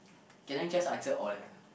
can I just answer all